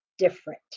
different